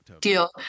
Deal